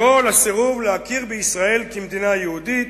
הסברו לסירוב להכיר בישראל כמדינה יהודית,